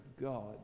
God